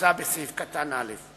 כמוצע בסעיף קטן (א).